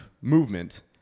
movement